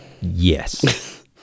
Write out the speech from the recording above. yes